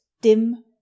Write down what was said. dim